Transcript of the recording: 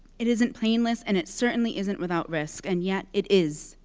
it isn't painless, and it certainly isn't without risk, and yet it is,